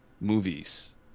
movies